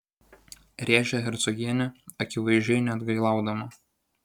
rėžia hercogienė akivaizdžiai neatgailaudama